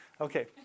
okay